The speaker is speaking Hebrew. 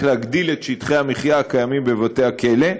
להגדיל את שטחי המחיה הקיימים בבתי-הכלא,